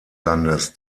landes